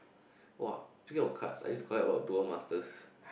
!wah! thinking of cards I used to collect a lot of Dual Masters